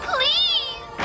Please